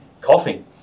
coughing